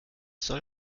soll